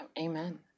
Amen